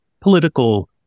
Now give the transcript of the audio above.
political